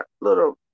little